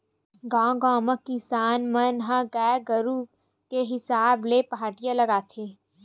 गाँव गाँव म किसान मन ह गाय गरु के हिसाब ले पहाटिया लगाथे